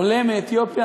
עולה מאתיופיה,